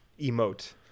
emote